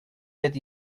that